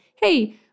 hey